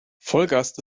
vollgas